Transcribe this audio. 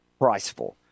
Priceful